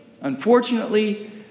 unfortunately